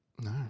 No